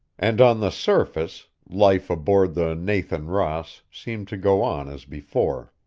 and on the surface, life aboard the nathan ross seemed to go on as before.